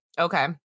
Okay